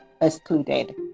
excluded